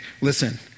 listen